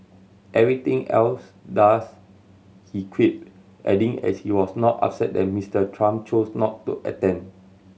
everything else does he quipped adding as he was not upset that Mister Trump chose not to attend